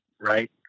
right